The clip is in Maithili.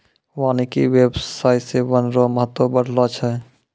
वानिकी व्याबसाय से वन रो महत्व बढ़लो छै